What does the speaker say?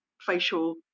facial